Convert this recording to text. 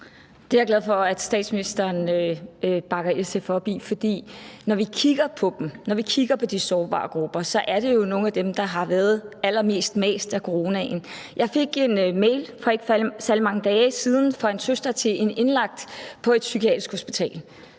Det er jeg glad for at statsministeren bakker SF op i, for når vi kigger på de sårbare grupper, er det jo nogle af dem, der har været allermest mast af coronaen. Jeg fik en mail for ikke særlig mange dage siden fra en søster til en indlagt på et psykiatrisk hospital.